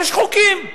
יש חוקים.